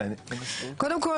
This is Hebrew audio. קודם כל,